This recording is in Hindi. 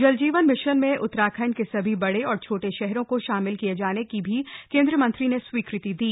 जलजीवन मिशन में उत्तराखण्ड के सभी बड़े और छोटे शहरों को शामिल किया जाने की भी केंद्रीय मंत्री ने स्वीकृति दी है